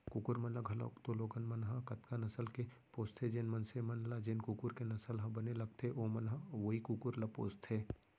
कुकुर मन ल घलौक तो लोगन मन ह कतका नसल के पोसथें, जेन मनसे मन ल जेन कुकुर के नसल ह बने लगथे ओमन ह वोई कुकुर ल पोसथें